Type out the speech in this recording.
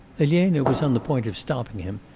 elena was on the point of stopping him,